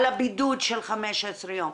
על הבידוד של 15 יום.